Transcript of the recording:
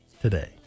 today